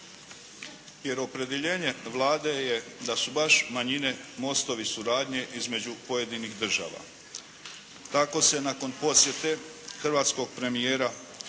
jer opredjeljenje Vlade je da su baš manjine mostovi suradnje između pojedinih država. Tako se nakon posjete hrvatskog premijera gospodina